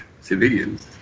civilians